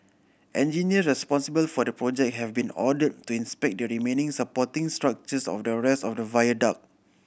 engineers responsible for the project have been ordered to inspect the remaining supporting structures of the rest of the viaduct